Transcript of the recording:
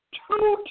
two